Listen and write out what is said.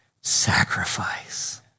sacrifice